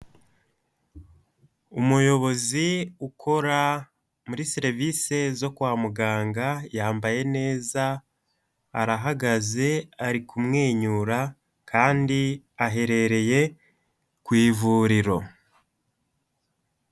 Umuyobozi ukora muri serivisi zo kwa muganga yambaye neza, arahagaze ari kumwenyura kandi aherereye ku ivuriro.